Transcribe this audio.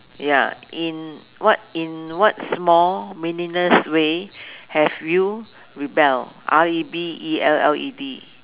ya in what in what small meaningless way have you rebelled R E B E L L E D